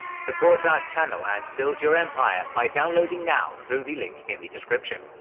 support our channel and build your empire by downloading now through the link in the description!